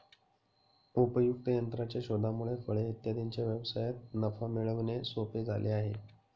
उपयुक्त यंत्राच्या शोधामुळे फळे इत्यादींच्या व्यवसायात नफा मिळवणे सोपे झाले आहे